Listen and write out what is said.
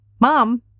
Mom